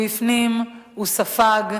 הוא הפנים, הוא ספג.